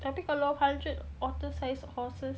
tapi kalau hundred otter size horses